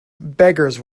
beggars